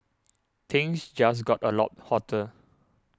things just got a lot hotter